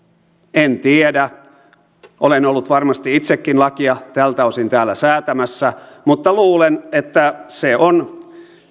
en tiedä olen ollut varmasti itsekin lakia tältä osin täällä säätämässä mutta luulen että se on